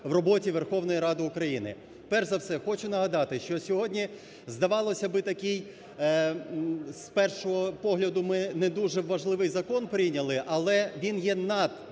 Верховної Ради України.